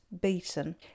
beaten